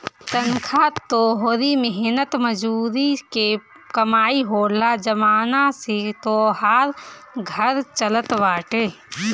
तनखा तोहरी मेहनत मजूरी के कमाई होला जवना से तोहार घर चलत बाटे